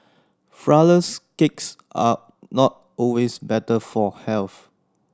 flourless cakes are not always better for health